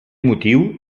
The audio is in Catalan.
motiu